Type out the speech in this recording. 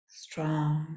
strong